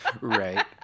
Right